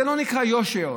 זה לא נקרא יושר.